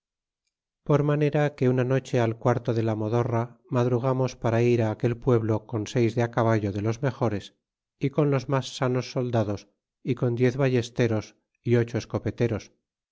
por manera que una noche al quarto de la modorra madrugamos para ir aquel pueblo con seis de caballo de los mejores y con los mas sanos soldados y con diez ballesteros y ocho escopeteros